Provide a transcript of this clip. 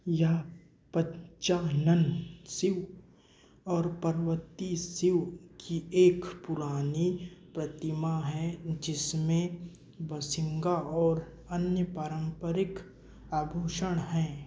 यह पच्चाम नन शिव और पार्वती शिव की एक पुरानी प्रतिमा है जिसमें बसिंगा और अन्य पारंपरिक आभूषण हैं